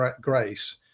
grace